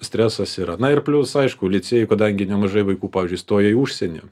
stresas yra na ir plius aišku licėjuj kadangi nemažai vaikų pavyzdžiui stoja į užsienį